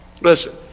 Listen